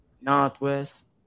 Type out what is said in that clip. Northwest